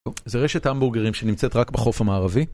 זה רשת המבורגרים שנמצאת רק בחוף המערבי.